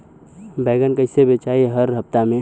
बैगन कईसे बेचाई हर हफ्ता में?